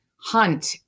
hunt